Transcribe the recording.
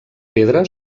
pedra